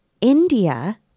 india